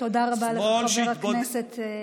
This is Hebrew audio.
תודה רבה לחבר הכנסת גולן.